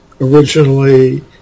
originally